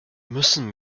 müssen